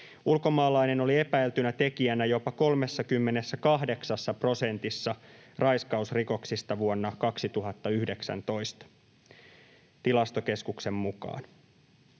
Ulkomaalainen oli epäiltynä tekijänä jopa 38 prosentissa raiskausrikoksista vuonna 2019 Tilastokeskuksen mukaan.